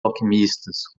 alquimistas